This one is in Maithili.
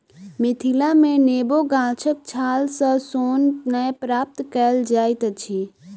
मिथिला मे नेबो गाछक छाल सॅ सोन नै प्राप्त कएल जाइत अछि